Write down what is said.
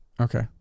Okay